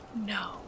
No